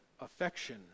affection